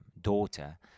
daughter